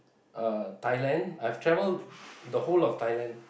uh Thailand I've travelled the whole of Thailand